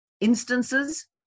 instances